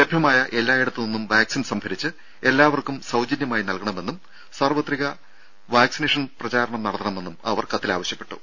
ലഭ്യമായ എല്ലായിടത്തുനിന്നും വാക്സിൻ സംഭരിച്ച് എല്ലാവർക്കും സൌജന്യമായി നൽകണമെന്നും സാർവത്രിക വാക്സിനേഷൻ പ്രചാരണം നടത്തണമെന്നും അവർ കത്തിൽ ആവശ്യപ്പെട്ടു